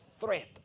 threat